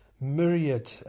myriad